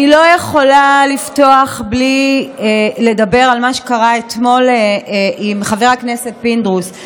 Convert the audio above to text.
אני לא יכולה לפתוח בלי לדבר על מה שקרה אתמול עם חבר הכנסת פינדרוס,